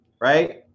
right